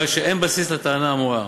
הרי שאין בסיס לטענה האמורה.